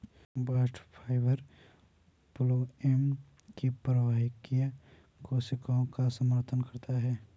bast fibre phloem की प्रवाहकीय कोशिकाओं का समर्थन करता है